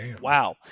Wow